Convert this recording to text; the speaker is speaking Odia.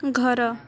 ଘର